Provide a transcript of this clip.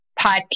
podcast